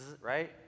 right